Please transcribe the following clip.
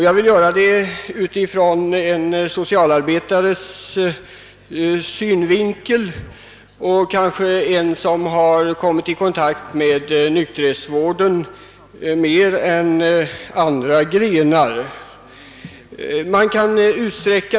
Jag gör det ur en socialarbetares synvinkel, och jag har kanske kommit i kontakt med nykterhetsvården mer än andra grenar av socialvården.